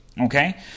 okay